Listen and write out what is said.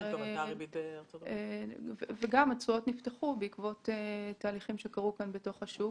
התשואות נפתחו בעקבות תהליכים שקרו כאן בתוך השוק.